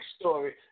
story